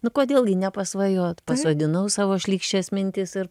nu kodėl gi nepasvajot pasodinau savo šlykščias mintis ir